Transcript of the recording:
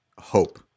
hope